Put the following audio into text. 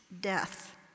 death